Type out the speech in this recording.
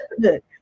Good